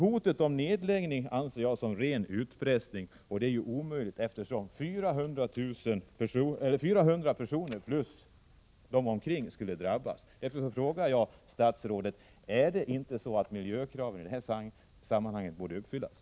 Hotet om nedläggning anser jag vara ren utpressning. Det är helt orimligt, eftersom det skulle drabba 400 anställda och andra berörda. Jag vill fråga statsrådet: Bör man inte tillgodose de miljökrav som ställs i detta sammanhang?